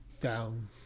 down